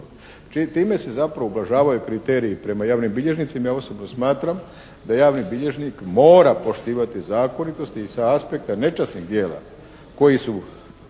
Time se zapravo ublažavaju kriteriji prema javnim bilježnicima i ja osobno smatram da javni bilježnik mora poštivati zakonitosti i sa aspekta nečasnih djela koji su